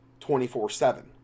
24-7